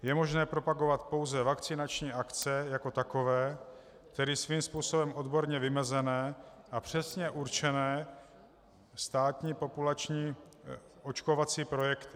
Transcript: Je možné propagovat pouze vakcinační akce jako takové, tedy svým způsobem odborně vymezené a přesně určené státní populační očkovací projekty.